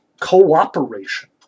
cooperation